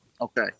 Okay